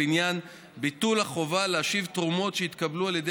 בעניין ביטול החובה להשיב תרומות שהתקבלו על ידי